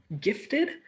gifted